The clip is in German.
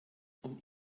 und